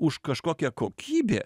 už kažkokią kokybę